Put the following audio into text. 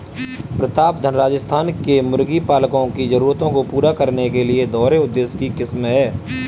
प्रतापधन राजस्थान के मुर्गी पालकों की जरूरतों को पूरा करने वाली दोहरे उद्देश्य की किस्म है